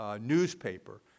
newspaper